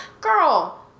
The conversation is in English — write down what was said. Girl